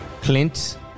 Clint